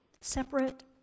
separate